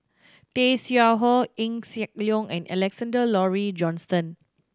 Tay Seow Huah Eng Siak and Alexander Laurie Johnston